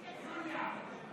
היושב-ראש,